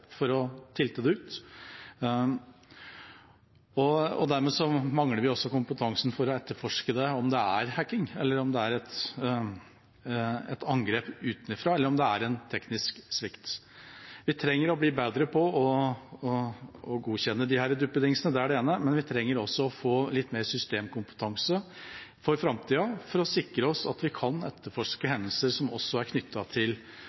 for å hacke dem, for å «tilte» dem ut. Dermed mangler vi også kompetansen for å etterforske om det er hacking, om det er et angrep utenfra, eller om det er en teknisk svikt. Vi trenger å bli bedre på å godkjenne disse duppedingsene, det er det ene, men vi trenger også å få litt mer systemkompetanse for framtida, for å sikre oss at vi kan etterforske hendelser som er knyttet til